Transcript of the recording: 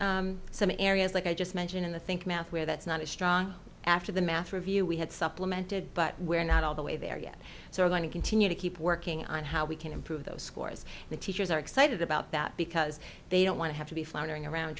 identified some areas like i just mentioned in the think math where that's not as strong after the math review we had supplemented but we're not all the way there yet so we're going to continue to keep working on how we can improve those scores the teachers are excited about that because they don't want to have to be floundering around